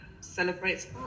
celebrates